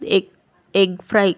egg egg fry